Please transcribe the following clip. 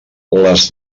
les